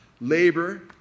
labor